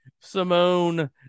Simone